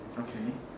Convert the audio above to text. okay